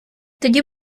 тоді